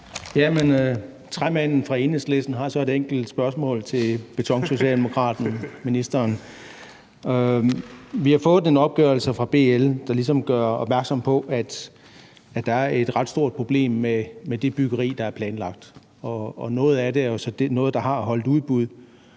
træmanden fra Enhedslisten har så et enkelt spørgsmål til betonsocialdemokraten, altså ministeren. Vi har fået en opgørelse fra BL, der ligesom gjorde opmærksom på, at der er et ret stort problem med det byggeri, der er planlagt. Noget af det er jo så noget, hvor der har været holdt udbud,